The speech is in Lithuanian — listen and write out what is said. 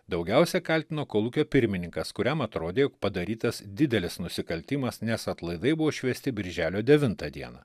daugiausiai kaltino kolūkio pirmininkas kuriam atrodė jog padarytas didelis nusikaltimas nes atlaidai buvo švęsti birželio devintą dieną